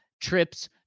trips